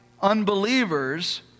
unbelievers